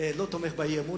לא תומך באי-אמון.